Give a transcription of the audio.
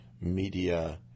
Media